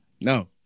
No